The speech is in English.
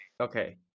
okay